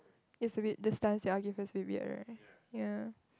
is a bit the stance I give her is a bit weird right ya